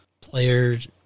players